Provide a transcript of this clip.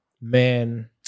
man